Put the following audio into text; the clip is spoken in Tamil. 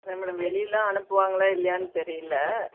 அதான் மேடம் வெளியிலலாம் அனுப்புவாங்களா இல்லையான்னு தெரியல